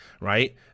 right